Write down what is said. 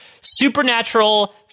Supernatural